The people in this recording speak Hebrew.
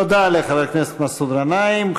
תודה לחבר הכנסת מסעוד גנאים.